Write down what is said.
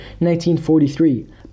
1943